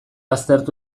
aztertu